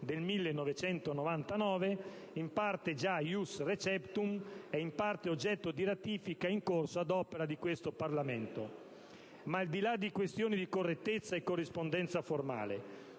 del 1999, in parte già *ius* *receptum* e in parte oggetto di ratifica in corso ad opera di questo Parlamento. Ma al di là di questioni di correttezza e corrispondenza formale,